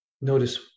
notice